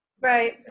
Right